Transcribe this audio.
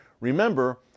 remember